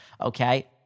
Okay